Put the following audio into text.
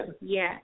Yes